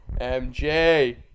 MJ